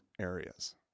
areas